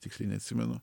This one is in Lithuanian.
tiksliai neatsimenu